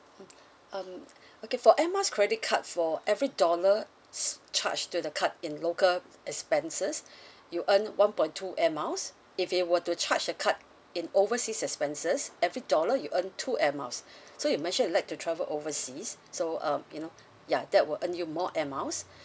um okay for Air Miles credit cards for every dollar charged to the card in local expenses you earn one point two Air Miles if they were to charge a card in overseas expenses every dollar you earn two Air Miles so you mentioned you like to travel overseas so um you know ya that will earn you more Air Miles